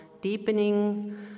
deepening